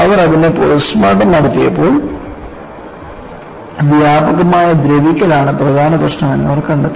അവർ അതിനെ പോസ്റ്റ്മോർട്ടം നടത്തിയപ്പോൾ വ്യാപകമായ ദ്രവിക്കൽ ആണ് പ്രധാന പ്രശ്നം എന്ന് അവർ കണ്ടെത്തി